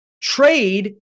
trade